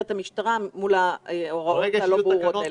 המשטרה מול ההוראות הלא ברורות הללו.